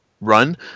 run